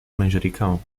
manjericão